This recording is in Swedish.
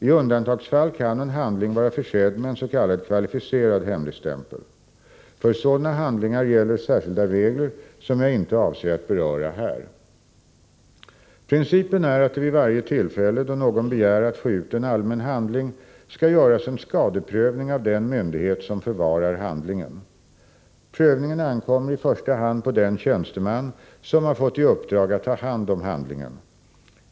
I undantagsfall kan en handling vara försedd med en s.k. kvalificerad hemligstämpel. För sådana handlingar gäller särskilda regler, som jag inte avser att beröra här. Principen är att det vid varje tillfälle då någon begär att få ut en allmän handling skall göras en skadeprövning av den myndighet som förvarar handlingen. Prövningen ankommer i första hand på den tjänsteman som har fått i uppdrag att ta hand om handlingen.